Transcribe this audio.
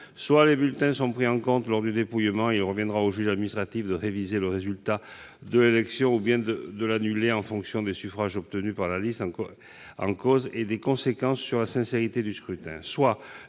Soit les bulletins sont pris en compte dans le dépouillement, auquel cas il reviendra au juge administratif de réviser le résultat de l'élection, ou de l'annuler, en fonction des suffrages obtenus par la liste en cause et des conséquences sur la sincérité du scrutin.